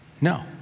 No